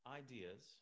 ideas